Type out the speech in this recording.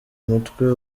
mutwe